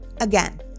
Again